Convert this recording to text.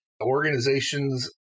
organizations